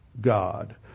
God